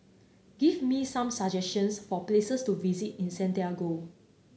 give me some suggestions for places to visit in Santiago